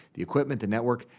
the equipment, the network.